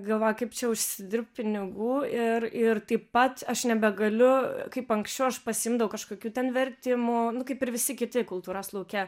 galvoji kaip čia užsidirbt pinigų ir ir taip pat aš nebegaliu kaip anksčiau aš pasiimdavau kažkokių ten vertimų kaip ir visi kiti kultūros lauke